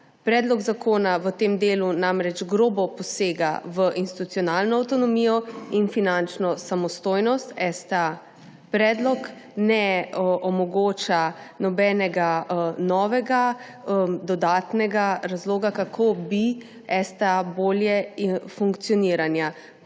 Predlog zakona v tem delu namreč grobo posega v institucionalno avtonomijo in finančno samostojnost STA. Predlog ne omogoča nobenega novega, dodatnega razloga, kako bi STA bolje funkcionirala.